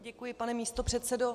Děkuji, pane místopředsedo.